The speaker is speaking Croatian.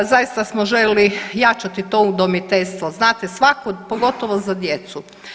Zaista smo željeli jačati to udomiteljstvo, znate svako, pogotovo za djecu.